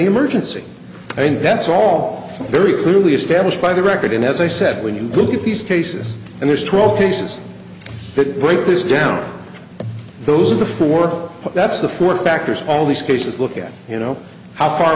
emergency and that's all very clearly established by the record and as i said when you look at these cases and there's twelve cases that break this down those are the four but that's the four factors all these cases look at you know how far